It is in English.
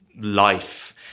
life